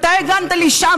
מתי הגנת על אישה?